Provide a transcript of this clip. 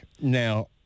now